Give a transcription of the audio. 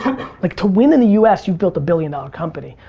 like to win in the u s, you've built a billion dollar company.